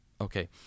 Okay